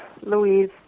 louise